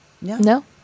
No